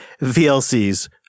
VLC's